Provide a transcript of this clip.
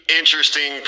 interesting